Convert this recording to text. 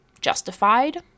justified